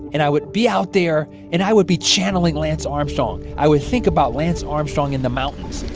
and i would be out there, and i would be channeling lance armstrong. i would think about lance armstrong in the mountains.